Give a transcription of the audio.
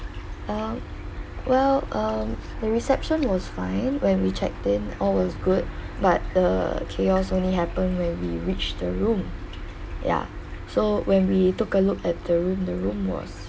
um well um the reception was fine when we checked in all was good but the chaos only happened when we reached the room ya so when we took a look at the room the room was